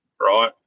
right